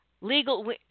Legal